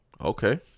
Okay